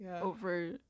over